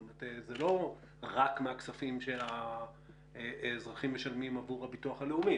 זה לא רק מהכספים שהאזרחים משלמים עבור הביטוח הלאומי.